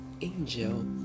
Angel